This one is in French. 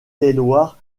tailloirs